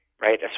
right